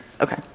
Okay